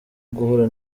guhura